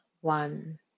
one